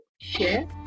share